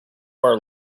our